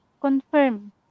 Confirm